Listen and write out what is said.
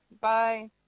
Bye